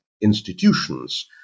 institutions